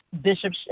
Bishop